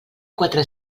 quatre